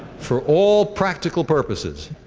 for all practical purposes,